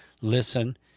listen